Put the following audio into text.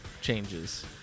changes